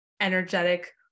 energetic